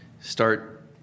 start